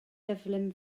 gyflym